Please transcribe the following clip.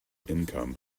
income